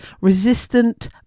Resistant